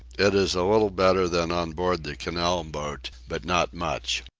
it is a little better than on board the canal boat, but not much.